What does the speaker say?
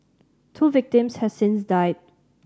two victims has since died